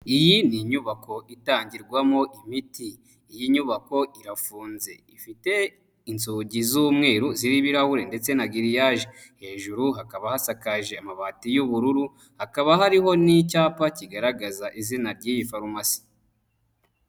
Iyi ni inyubako itangirwamo imiti, iyi nyubako irafunze, ifite inzugi z'umweru ziriho ibirahure ndetse na giriyaje, hejuru hakaba hasakaje amabati y'ubururu, hakaba hariho n'icyapa kigaragaza izina ry'iyi farumasi.